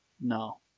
No